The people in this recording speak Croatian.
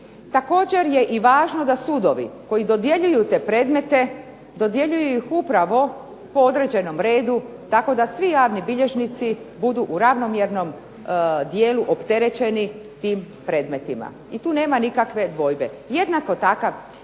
Također je i važno da sudovi koji dodjeljuju te predmete dodjeljuju ih upravo po određenom redu tako da svi javni bilježnici budu u ravnomjernom dijelu opterećeni tim predmetima i tu nema nikakve dvojbe. Jednako takav